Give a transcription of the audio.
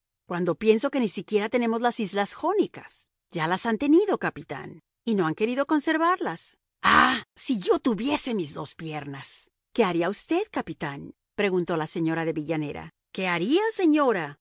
cuando pienso que ni siquiera tenemos las islas jónicas ya las han tenido capitán y no han querido conservarlas ah si yo tuviese mis dos piernas qué haría usted capitán preguntó la señora de villanera qué haría señora